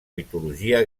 mitologia